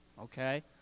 okay